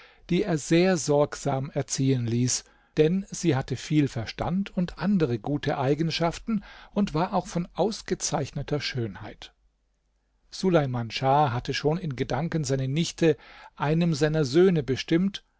die er sehr sorgsam erziehen ließ denn sie hatte viel verstand und andere gute eigenschaften und war auch von ausgezeichneter schönheit suleiman schah hatte schon in gedanken seine nichte einem seiner söhne bestimmt